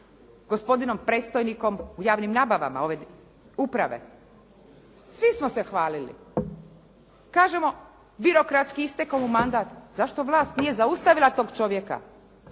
gospodinom predstojnikom u javnim nabavama ove uprave. Svi smo se hvalili. Kažemo birokratski istekao mu mandat. Zašto vlast nije zaustavila tog čovjeka,